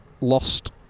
lost